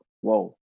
Whoa